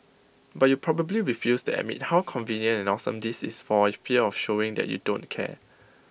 but you probably refuse to admit how convenient and awesome this is for fear of showing that you don't care